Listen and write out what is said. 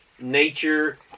nature